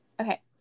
Okay